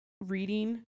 reading